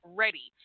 ready